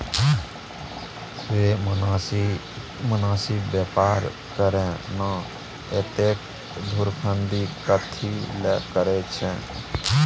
रे मोनासिब बेपार करे ना, एतेक धुरफंदी कथी लेल करय छैं?